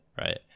right